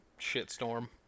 shitstorm